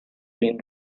been